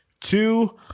Two